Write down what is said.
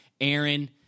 Aaron